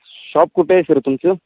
shop कुठे sir तुमचं